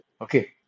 Okay